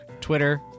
Twitter